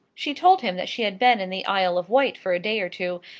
she told him that she had been in the isle of wight for a day or two,